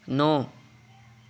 ਨੌ